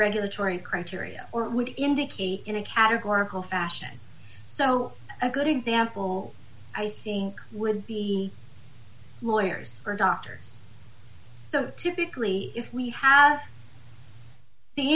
regulatory criteria or would indicate in a categorical fashion so a good example i think would be lawyers or doctors so typically if we have the